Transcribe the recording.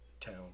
town